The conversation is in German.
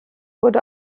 wurde